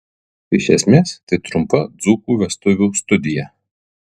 iš esmės tai trumpa dzūkų vestuvių studija